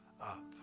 up